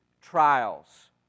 trials